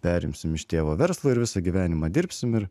perimsim iš tėvo verslą ir visą gyvenimą dirbsim ir